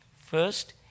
First